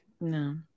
No